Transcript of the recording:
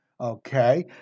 Okay